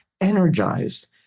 energized